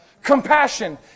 Compassion